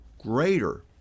greater